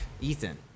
Ethan